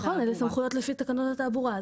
נכון, לפי תקנות התעבורה.